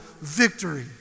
victory